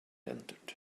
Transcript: entered